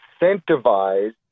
incentivized